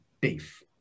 beef